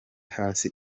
hasi